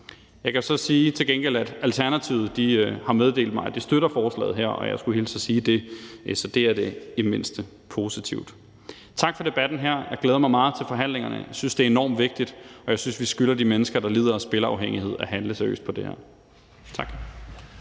Jeg kan så til gengæld sige, at Alternativet har meddelt mig, at de støtter forslaget her. Jeg skulle hilse og sige det, så det er i det mindste positivt. Tak for debatten her. Jeg glæder mig meget til forhandlingerne. Jeg synes, det er enormt vigtigt, og jeg synes, vi skylder de mennesker, der lider af spilafhængighed, at handle seriøst på det her. Tak.